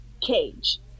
cage